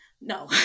No